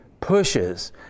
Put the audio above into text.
pushes